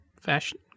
fashion